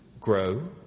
grow